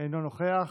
אינו נוכח.